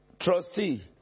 Trustee